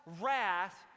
wrath